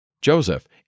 Joseph